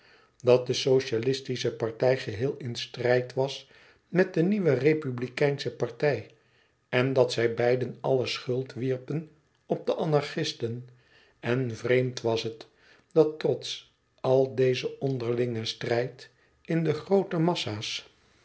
dat de socialistische partij geheel in strijd was met de nieuwe republikeinsche partij en dat zij beiden alle schuld wierpen op de anarchisten en vreemd was het dat trots al dezen onderlingen strijd in de groote massa's van